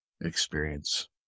experience